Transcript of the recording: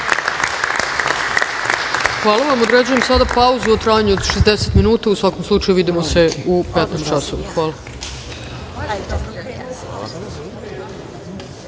Hvala vam. Određujem sada pauzu u trajanju od 60 minuta.U svakom slučaju, vidimo se u 15.00 časova.